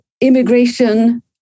immigration